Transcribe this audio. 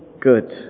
good